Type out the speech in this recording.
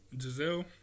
Giselle